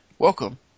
Welcome